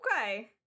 okay